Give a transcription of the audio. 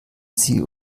sie